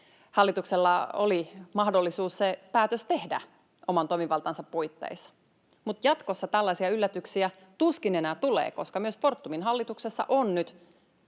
Hallituksella oli mahdollisuus se päätös tehdä oman toimivaltansa puitteissa, mutta jatkossa tällaisia yllätyksiä tuskin enää tulee, koska myös Fortumin hallituksessa on nyt